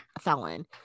felon